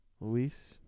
Luis